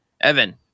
Evan